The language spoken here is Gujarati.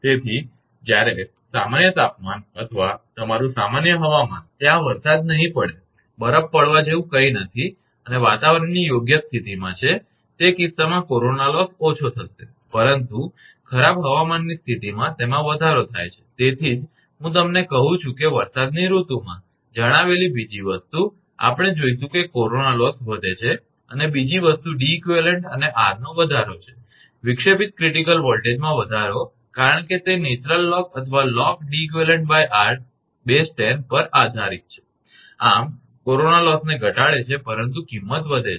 તેથી જ્યારે સામાન્ય તાપમાન અથવા તમારું સામાન્ય હવામાન ત્યાં વરસાદ નહીં પડે બરફ પડવા જેવું કંઈ નથી અને વાતાવરણની યોગ્ય સ્થિતિમાં છે તે કિસ્સામાં કોરોના લોસ ઓછો થશે પરંતુ ખરાબ હવામાનની સ્થિતિમાં તેમાં વધારો થાય છે તેથી જ હું તમને કહુ છું વરસાદની ઋતુમાં જણાવેલી બીજી વસ્તુ આપણે જોઇશું કે કોરોના લોસ વધે છે અને બીજી વસ્તુ 𝐷𝑒𝑞 અને 𝑟 નો વધારો છે વિક્ષેપિત ક્રિટીકલ વોલ્ટેજમાં વધારો કારણ કે તે નેચરલ લોગ અથવા log10𝐷𝑒𝑞𝑟 પર આધારીત છે આમ કોરોના લોસને ઘટાડે છે પરંતુ કિમત વધે છે